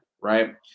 right